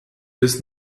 bis